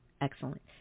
Excellent